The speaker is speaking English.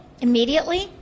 immediately